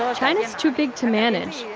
um china's too big to manage,